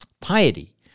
Piety